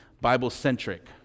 Bible-centric